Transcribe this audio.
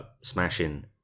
smashing